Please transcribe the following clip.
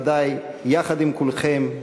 ודאי יחד עם כולכם,